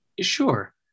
Sure